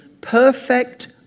perfect